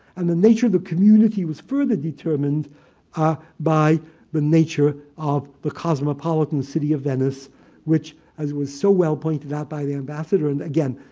and the nature of the community was further determined ah by the nature of the cosmopolitan city of venice which, as it was so well pointed out by the ambassador, and again,